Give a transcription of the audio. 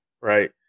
right